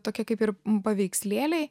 tokie kaip ir paveikslėliai